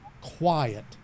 quiet